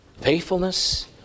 Faithfulness